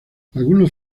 algunos